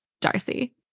Darcy